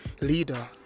leader